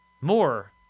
more